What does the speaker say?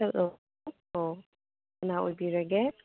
hello ꯑꯣ ꯀꯅꯥ ꯑꯣꯏꯕꯤꯔꯒꯦ